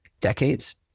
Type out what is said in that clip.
decades